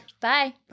Bye